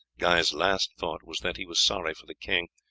guy's last thought was that he was sorry for the king,